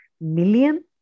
million